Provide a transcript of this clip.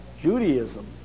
Judaism